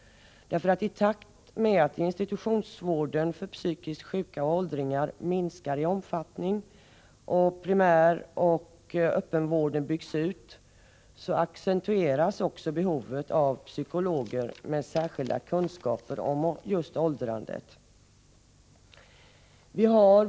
I takt med att institutionsvården för psykiskt sjuka och åldringar minskar i omfattning och primäroch öppenvården byggs ut, accentueras också behovet av psykologer med särskilda kunskaper om just åldrandet.